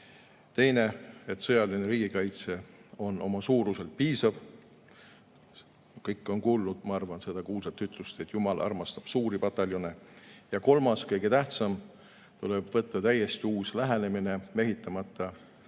Teiseks, sõjaline riigikaitse [peab olema] oma suuruselt piisav. Kõik on kuulnud, ma arvan, kuulsat ütlust, et jumal armastab suuri pataljone. Ja kolmandaks, kõige tähtsam, tuleb võtta täiesti uus lähenemine mehitamata